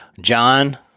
John